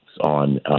on